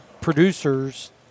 producers